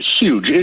huge